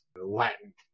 Latin